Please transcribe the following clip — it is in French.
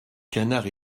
canard